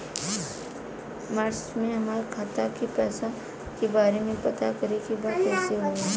मार्च में हमरा खाता के पैसा के बारे में पता करे के बा कइसे होई?